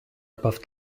above